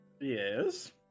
Yes